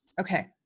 okay